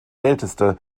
älteste